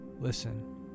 Listen